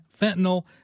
fentanyl